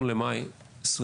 1 במאי 2022,